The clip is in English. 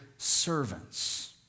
Servants